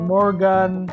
Morgan